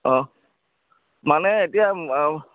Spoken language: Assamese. অঁ মানে এতিয়া